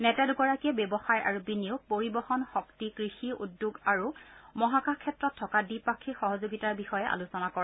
নেতা দুগৰাকীয়ে ব্যৱসায় আৰু বিনিয়োগ পৰিবহন শক্তি কৃষি উদ্যোগ আৰু মহাকাশ ক্ষেত্ৰত থকা দ্বিপাক্ষিক সহযোগিতাৰ বিষয়ে আলোচনা কৰে